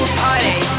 party